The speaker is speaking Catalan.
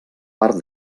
part